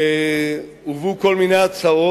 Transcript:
הובאו כל מיני הצעות.